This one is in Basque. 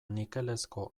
nikelezko